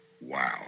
Wow